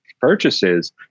purchases